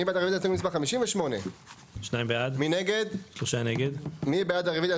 מי בעד רביזיה